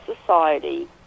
society